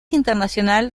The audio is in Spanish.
internacional